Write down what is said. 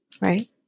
Right